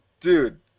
Dude